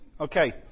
Okay